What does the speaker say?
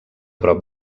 prop